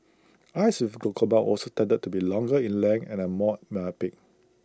eyes with glaucoma also tended to be longer in length and are more myopic